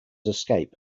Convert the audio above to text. escape